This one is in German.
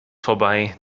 vorbei